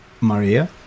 Maria